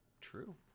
True